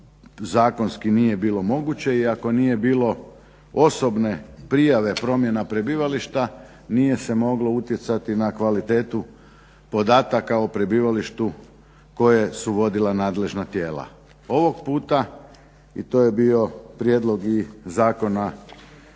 zakonski nije bilo moguće iako nije bilo osobne prijave promjena prebivališta, nije se moglo utjecati na kvalitetu podataka o prebivalištu koja su vodila nadležna tijela. Ovog puta i to je bio prijedlog i zakona